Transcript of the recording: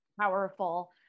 powerful